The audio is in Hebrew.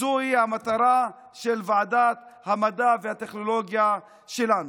זוהי המטרה של ועדת המדע והטכנולוגיה שלנו.